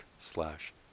slash